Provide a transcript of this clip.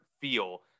feel